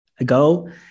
ago